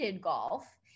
golf